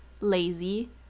lazy